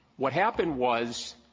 what happened was,